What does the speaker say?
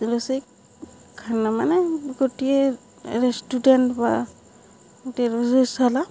ରୋଷେଇ ଖାନା ମାନେ ଗୋଟିଏ ରେଷ୍ଟୁରାଣ୍ଟ ବା ଗୋଟିଏ ରୋଷେଇଶାଳା